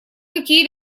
какие